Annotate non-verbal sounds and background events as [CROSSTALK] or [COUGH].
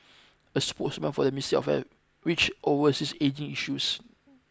a spokesman for the [UNINTELLIGIBLE] which oversees ageing issues